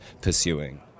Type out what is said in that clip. pursuing